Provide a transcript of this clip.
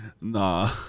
Nah